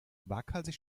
waghalsig